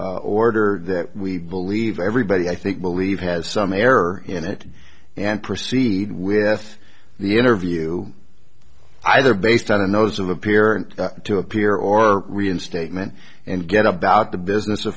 order that we believe everybody i think believe has some error in it and proceed with the interview either based on those of a parent to appear or reinstatement and get about the business o